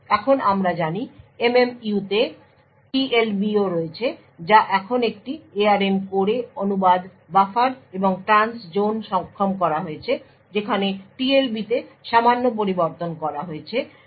এখন আমরা জানি MMU তে TLBও রয়েছে যা এখন একটি ARM কোরে অনুবাদ বাফার এবং ট্রান্সজোন সক্ষম করা হয়েছে যেখানে TLBতে সামান্য পরিবর্তন করা হয়েছে